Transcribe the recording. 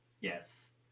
Yes